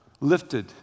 lifted